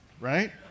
right